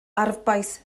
arfbais